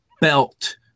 Belt